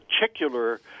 particular